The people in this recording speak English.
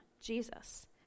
Jesus